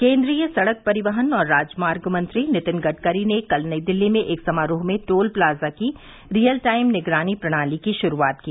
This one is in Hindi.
केन्द्रीय सड़क परिवहन और राजमार्ग मंत्री नितिन गडकरी ने कल नई दिल्ली में एक समारोह में टोल प्लाजा की रियल टाइम निगरानी प्रणाली की शुरूआत की